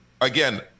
again